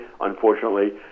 unfortunately